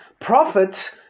prophets